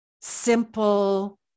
simple